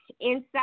inside